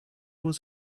was